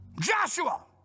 Joshua